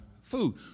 food